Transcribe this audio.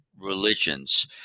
religions